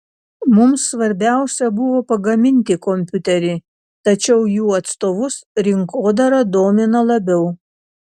mums svarbiausia buvo pagaminti kompiuterį tačiau jų atstovus rinkodara domina labiau